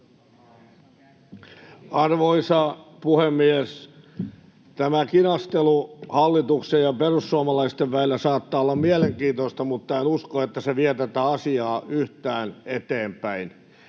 Arvoisa puhemies! Tämä kinastelu hallituksen ja perussuomalaisten välillä saattaa olla mielenkiintoista, mutta en usko, että se vie asiaa yhtään eteenpäin.